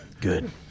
Good